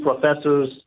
professors